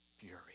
fury